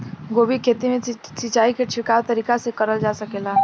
गोभी के खेती में सिचाई छिड़काव तरीका से क़रल जा सकेला?